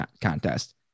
contest